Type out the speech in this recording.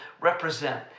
represent